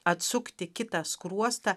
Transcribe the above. atsukti kitą skruostą